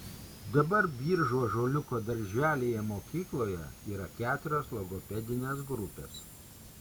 dabar biržų ąžuoliuko darželyje mokykloje yra keturios logopedinės grupės